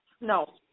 No